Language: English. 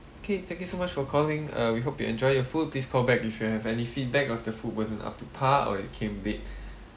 K thank you so much for calling uh we hope you enjoy your food please call back if you have any feedback of the food wasn't up to par or it came late